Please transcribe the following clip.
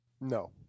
No